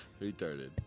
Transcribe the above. Retarded